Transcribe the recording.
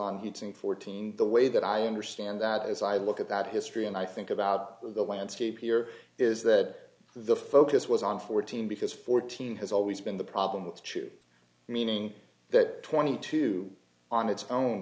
getting fourteen the way that i understand that as i look at that history and i think about the landscape here is that the focus was on fourteen because fourteen has always been the problem with two meaning that twenty two on its own